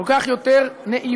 כל כך יותר נעימה,